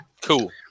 Cool